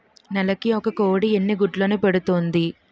నెలకి ఒక కోడి ఎన్ని గుడ్లను పెడుతుంది?